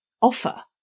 offer